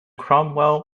cromwell